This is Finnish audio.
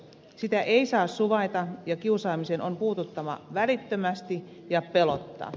sitä ei saa suvaita ja kiusaamiseen on puututtava välittömästi ja pelotta